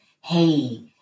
hey